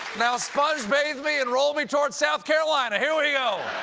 now sponge-bathe me and roll me towards south carolina! here we go!